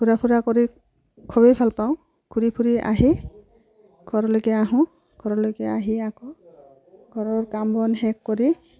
ঘূৰা ফুৰা কৰি খুবেই ভালপাওঁ ঘূৰি ফুৰি আহি ঘৰৰলৈকে আহোঁ ঘৰলৈকে আহি আকৌ ঘৰৰ কাম বন শেষ কৰি